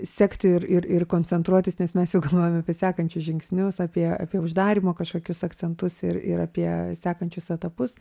sekti ir ir ir koncentruotis nes mes jau galvojam apie sekančius žingsnius apie apie uždarymo kažkokius akcentus ir ir apie sekančius etapus